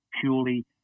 purely